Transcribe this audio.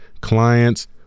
Clients